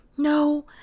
No